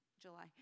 July